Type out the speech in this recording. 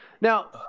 now